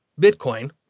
Bitcoin